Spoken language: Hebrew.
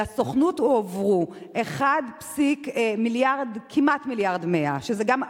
לסוכנות הועברו כמעט 1.1 מיליארד, שזה גם המון.